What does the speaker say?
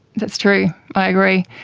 that's true, i agree.